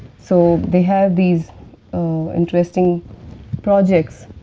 so, they have these interesting projects.